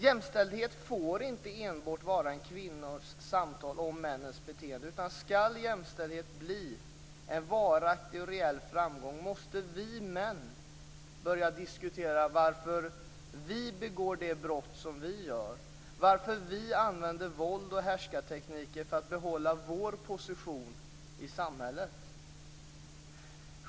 Jämställdhet får inte enbart vara kvinnornas samtal om männens beteende, utan skall jämställdheten bli en varaktig och rejäl framgång måste vi män börja diskutera varför "vi" begår de brott som vi gör, varför "vi" använder våld och härskartekniker för att behålla vår position i samhället.